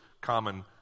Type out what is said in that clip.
common